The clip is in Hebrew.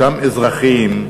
ואותם אזרחים,